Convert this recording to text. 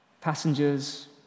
passengers